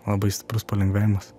labai stiprus palengvėjimas